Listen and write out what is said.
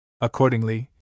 Accordingly